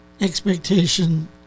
expectation